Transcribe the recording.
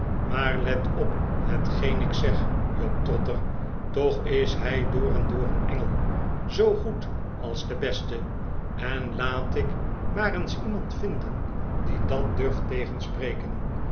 maar let op hetgeen ik zeg job trotter toch is hij door en door een engel zoo goed als de beste en laat ik maar eens iemand vinden die dat durft tegenspreken